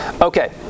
Okay